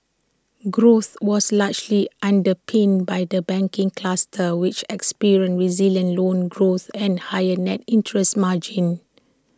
growth was largely underpinned by the banking cluster which experienced resilient loans growth and higher net interest margins